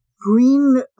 green